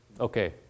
Okay